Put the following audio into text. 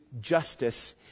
justice